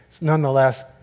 Nonetheless